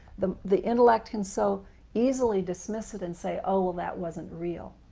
the the intellect can so easily dismiss it and say, oh, that wasn't real.